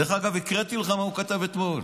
דרך אגב, הקראתי לך מה הוא כתב אתמול.